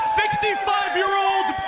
65-year-old